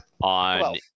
on